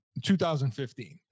2015